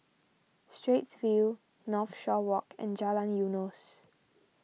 Straits View Northshore Walk and Jalan Eunos